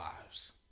lives